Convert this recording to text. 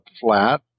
flat